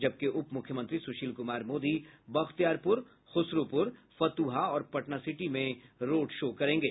जबकि उपमुख्यमंत्री सुशील कुमार मोदी बख्तियारपुर खुशरूपुर फतुहा और पटना सिटी में रोड शो करेंगे